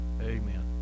Amen